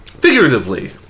Figuratively